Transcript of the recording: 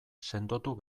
sendotu